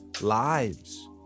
lives